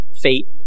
fate